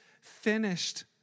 finished